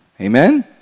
Amen